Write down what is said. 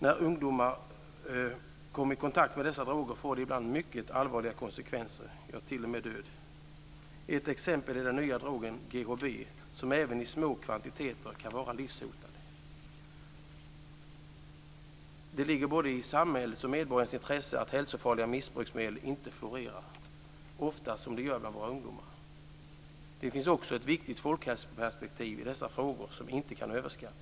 När ungdomar kommer i kontakt med dessa droger får det ibland mycket allvarliga konsekvenser - ja, t.o.m. död. Ett exempel är den nya drogen GHB, som även i små kvantiteter kan vara livshotande. Det ligger både i samhällets och medborgarnas intresse att hälsofarliga missbruksmedel inte florerar, som ju ofta sker bland våra ungdomar. Det finns också ett viktigt folkhälsoperspektiv på dessa frågor som inte kan överskattas.